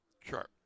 Sure